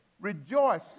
rejoice